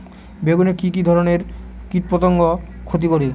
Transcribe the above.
বেগুনে কি কী ধরনের কীটপতঙ্গ ক্ষতি করে?